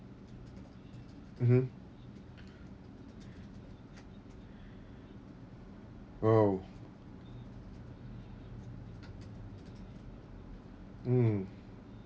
mmhmm oh mm